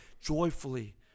joyfully